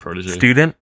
student